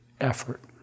effort